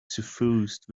suffused